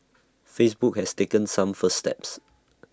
Facebook has taken some first steps